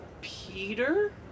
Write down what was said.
Peter